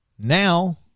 Now